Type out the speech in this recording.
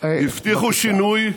הבטיחו שינוי,